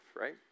right